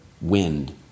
wind